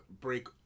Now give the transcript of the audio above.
break